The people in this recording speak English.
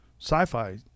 sci-fi